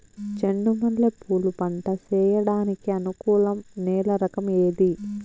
చెండు మల్లె పూలు పంట సేయడానికి అనుకూలం నేల రకం ఏది